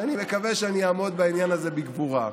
אני מקווה שאני אעמוד בעניין הזה בגבורה.